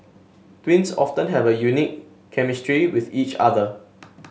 twins often have a unique chemistry with each other